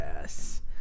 Yes